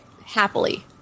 happily